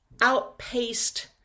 outpaced